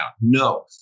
No